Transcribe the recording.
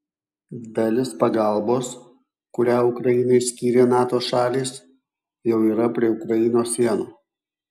dalis pagalbos kurią ukrainai skyrė nato šalys jau yra prie ukrainos sienų